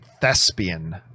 thespian